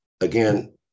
again